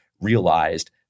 realized